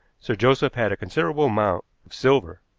sir joseph had a considerable amount of silver,